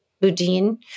Boudin